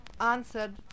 answered